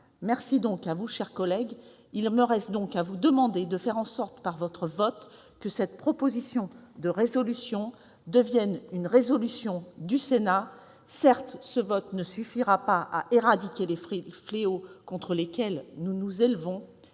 Merci à vous, chers collègues ! Il me reste donc à vous demander de faire en sorte, par votre vote, que cette proposition de résolution devienne une résolution du Sénat. Certes, ce vote ne suffira pas à éradiquer les fléaux contre lesquels nous nous élevons,